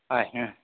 হয়